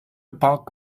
bug